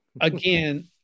Again